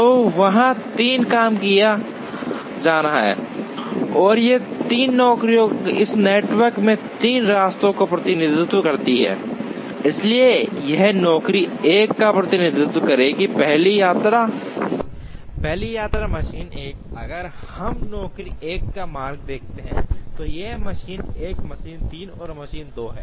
तो वहाँ तीन काम किया जाना है और ये तीन नौकरियां इस नेटवर्क में तीन रास्तों का प्रतिनिधित्व करती हैं इसलिए यह नौकरी 1 का प्रतिनिधित्व करेगी पहली यात्रा मशीन 1 अगर हम नौकरी 1 का मार्ग देखते हैं तो यह मशीन 1 मशीन 3 और मशीन 2 है